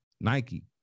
Nike